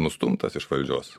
nustumtas iš valdžios